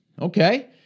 Okay